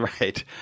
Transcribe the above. Right